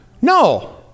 No